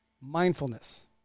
mindfulness